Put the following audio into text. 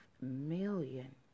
million